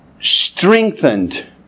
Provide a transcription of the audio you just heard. strengthened